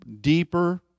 deeper